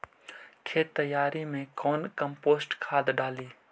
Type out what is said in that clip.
खेत तैयारी मे कौन कम्पोस्ट खाद डाली?